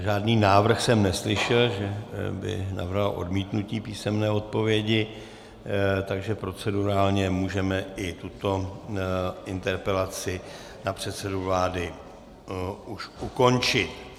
Žádný návrh jsem neslyšel, že by navrhoval odmítnutí písemné odpovědi, takže procedurálně můžeme i tuto interpelaci na předsedu vlády už ukončit.